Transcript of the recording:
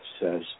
says